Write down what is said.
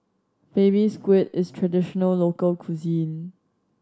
Baby Squid is a traditional local cuisine